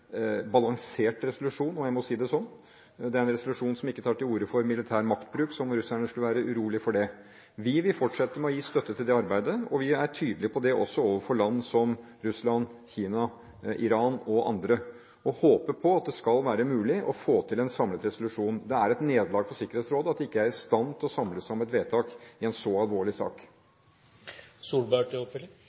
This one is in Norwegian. balansert resolusjon, om jeg må si det sånn. Det er en resolusjon som ikke tar til orde for militær maktbruk, om russerne skulle være urolige for det. Vi vil fortsette å gi støtte til det arbeidet, og vi er tydelige på det også overfor land som Russland, Kina, Iran og andre og håper at det skal være mulig å få til en samlet resolusjon. Det er et nederlag for Sikkerhetsrådet at de ikke er i stand til å samles om et vedtak i en så alvorlig